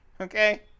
okay